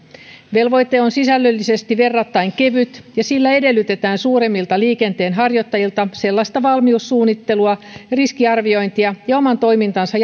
velvoite on sisällöllisesti verrattain kevyt ja sillä edellytetään suuremmilta liikenteenharjoittajilta sellaista valmiussuunnittelua riskiarviointia ja oman toimintansa